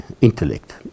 intellect